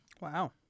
Wow